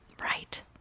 Right